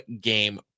game